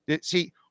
See